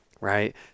right